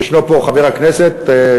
חבר הכנסת פה,